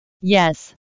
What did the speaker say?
yes